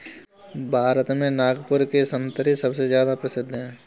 भारत में नागपुर के संतरे सबसे ज्यादा प्रसिद्ध हैं